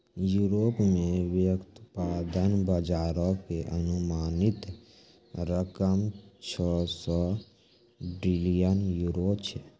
Europe मे व्युत्पादन बजारो के अनुमानित रकम छौ सौ ट्रिलियन यूरो छै